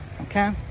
okay